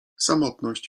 samotność